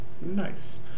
Nice